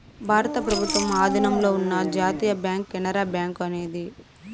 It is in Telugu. భారత ప్రభుత్వం ఆధీనంలో ఉన్న జాతీయ బ్యాంక్ కెనరా బ్యాంకు అనేది